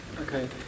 Okay